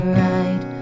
right